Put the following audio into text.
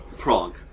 Prague